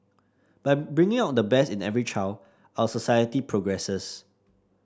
by bringing out the best in every child our society progresses